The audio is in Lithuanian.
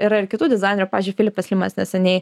yra ir kitų dizainerių pavyzdžiui filipas limas neseniai